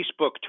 Facebook